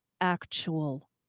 actual